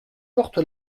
porte